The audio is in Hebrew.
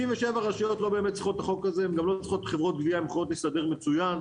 67 רשויות לא באמת צריכות את החוק הזה והן יכולות להסתדר מצוין,